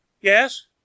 Yes